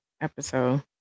episode